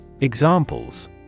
Examples